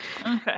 Okay